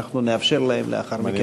אנחנו נאפשר גם להם לאחר מכן לשאול שאלה.